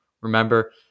remember